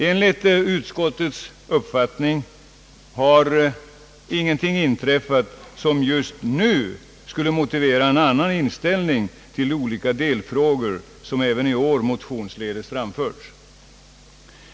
Enligt utskottets uppfattning har ingenting inträffat som just nu skulle motivera en annan inställning till de olika delfrågor, vilka även i år motionsledes framförts.